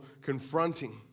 confronting